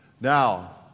Now